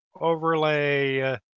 overlay